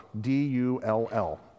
D-U-L-L